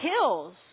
kills